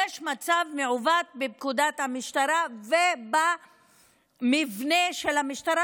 יש מצב מעוות בפקודת המשטרה ובמבנה של המשטרה,